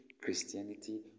Christianity